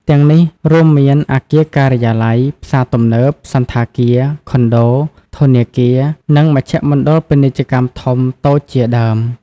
ទាំងនេះរួមមាន អគារការិយាល័យ ផ្សារទំនើប សណ្ឋាគារ ខុនដូ ធនាគារ និងមជ្ឈមណ្ឌលពាណិជ្ជកម្មធំ តូចជាដើម។